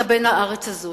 אתה בן הארץ הזאת,